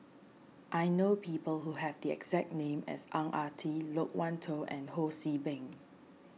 I know people who have the exact name as Ang Ah Tee Loke Wan Tho and Ho See Beng